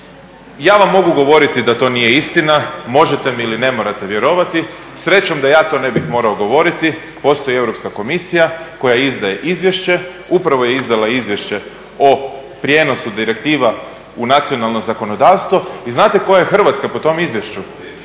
ja vam mogu govoriti da to nije istina, možete mi ili ne morate vjerovati, srećom da ja to ne bih morao govoriti, postoji Europska komisija koja izdaje izvješće. Upravo je izdala izvješće o prijenosu direktiva u nacionalno zakonodavstvo i znate koja je Hrvatska po tom izvješću?